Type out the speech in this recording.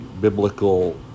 biblical